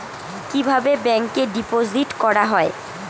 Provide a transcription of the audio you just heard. কিভাবে ব্যাংকে ডিপোজিট করা হয়?